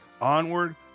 onward